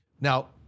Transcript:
now